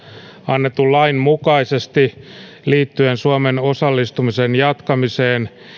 annetun lain mukaisesti liittyen suomen osallistumisen jatkamiseen